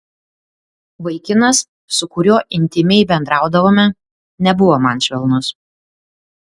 vaikinas su kuriuo intymiai bendraudavome nebuvo man švelnus